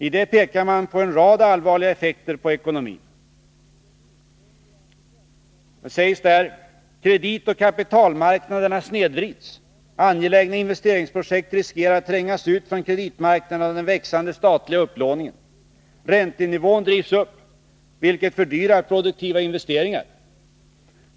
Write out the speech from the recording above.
I det pekar man på en rad allvarliga effekter på ekonomin. Det sägs där: ”Kreditoch kapitalmarknaderna snedvrids. Angelägna investeringsprojekt riskerar att trängas ut från kreditmarknaden av den växande statliga upplåningen. Räntenivån drivs upp, vilket fördyrar produktiva investeringar.